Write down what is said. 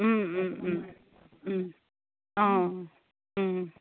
অঁ